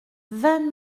vingt